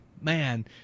Man